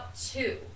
two